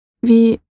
Wie